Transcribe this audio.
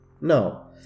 No